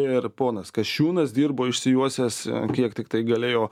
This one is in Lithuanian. ir ponas kasčiūnas dirbo išsijuosęs kiek tiktai galėjo